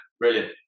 brilliant